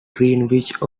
greenwich